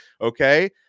okay